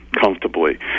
comfortably